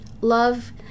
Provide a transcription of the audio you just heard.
Love